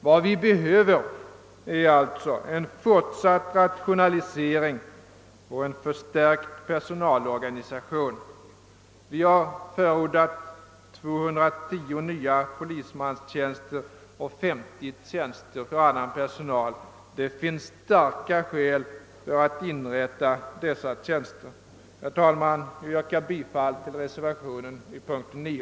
Vad vi behöver är alltså en fortsatt rationalisering och en förstärkt personalorganisation. Vi har förordat 210 nya polismanstjänster och 50 nya tjänster för annan personal utöver vad Kungl. Maj:t föreslagit. Det finns starka skäl för att inrätta dessa tjänster. Herr talman! Jag yrkar bifall till reservationen under punkt 9.